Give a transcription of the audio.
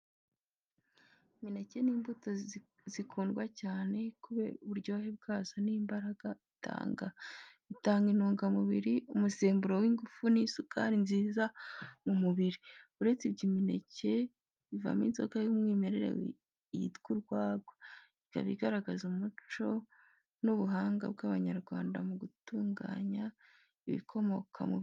Imineke ni imbuto zikundwa cyane, kubera uburyohe bwayo n’imbaraga itanga. Itanga intungamubiri, umusemburo w’ingufu n’isukari nziza mu mubiri. Uretse ibyo, imineke ivamo n’inzoga y’umwimerere yitwa urwagwa, ikaba igaragaza umuco n’ubuhanga bw’Abanyarwanda mu gutunganya ibikomoka ku bihingwa.